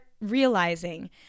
realizing